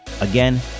Again